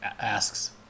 asks